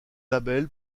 label